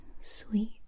sweet